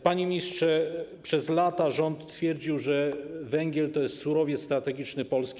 Panie ministrze, przez lata rząd twierdził, że węgiel to jest surowiec strategiczny Polski.